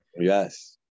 Yes